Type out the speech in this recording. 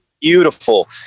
beautiful